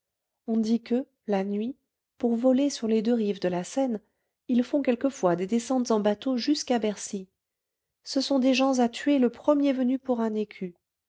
on dit que la nuit pour voler sur les deux rives de la seine ils font quelquefois des descentes en bateau jusqu'à bercy ce sont des gens à tuer le premier venu pour un écu